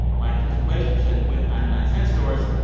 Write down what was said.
like his relationship with ninety nine cents stores,